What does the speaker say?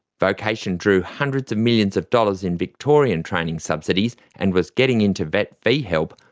vocation drew hundreds of millions of dollars in victorian training subsidies, and was getting into vet fee-help,